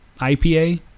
IPA